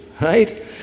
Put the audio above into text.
right